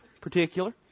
particular